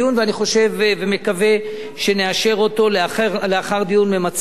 ואני חושב ומקווה שנאשר אותו לאחר דיון ממצה,